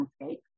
landscape